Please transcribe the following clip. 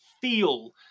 feel